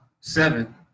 Seven